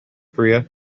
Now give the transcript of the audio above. korea